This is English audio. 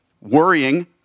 worrying